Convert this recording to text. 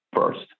first